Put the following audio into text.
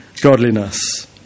godliness